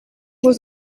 was